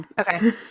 Okay